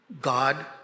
God